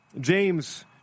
James